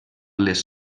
les